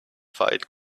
fight